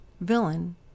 villain